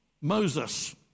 Moses